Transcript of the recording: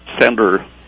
center